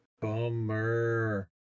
Bummer